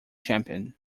champion